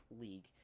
League